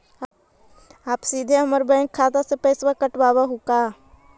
आप सीधे हमर बैंक खाता से पैसवा काटवहु का?